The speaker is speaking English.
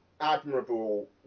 admirable